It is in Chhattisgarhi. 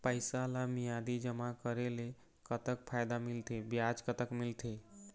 पैसा ला मियादी जमा करेले, कतक फायदा मिलथे, ब्याज कतक मिलथे?